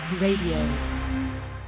RADIO